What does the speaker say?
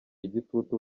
igitutu